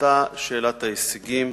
עלתה שאלת ההישגים,